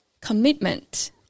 commitment